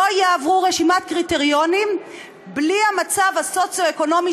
לא תעבור רשימת קריטריונים בלי המצב הסוציו-אקונומי